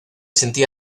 sentía